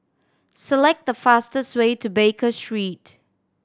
select the fastest way to Baker Street